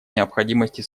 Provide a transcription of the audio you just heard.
необходимости